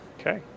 Okay